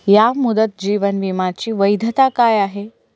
या मुदत जीवन विमाची वैधता काय आहे